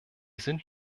sind